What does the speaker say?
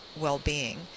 well-being